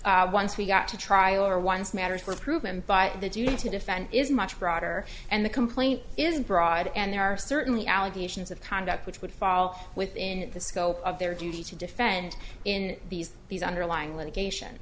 play once we got to trial or once matters were proven but the duty to defend is much broader and the complaint is broad and there are certainly allegations of conduct which would fall within the scope of their duty to defend in these these underlying litigation